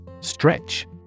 Stretch